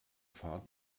fahrt